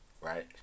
Right